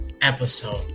episode